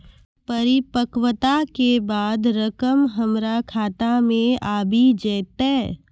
परिपक्वता के बाद रकम हमरा खाता मे आबी जेतै?